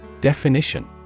Definition